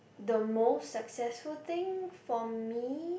the most successful thing for me